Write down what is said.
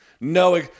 No